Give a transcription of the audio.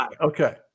Okay